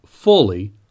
fully